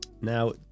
now